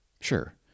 sure